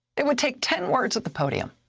it would take ten words at the podium,